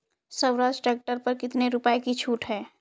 Swaraj tractor पर कितनी रुपये की छूट है?